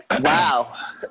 Wow